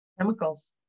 Chemicals